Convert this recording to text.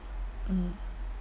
mm